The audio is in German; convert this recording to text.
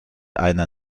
einer